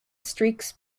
streaks